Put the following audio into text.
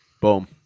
Boom